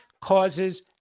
causes